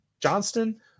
Johnston